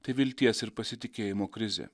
tai vilties ir pasitikėjimo krizė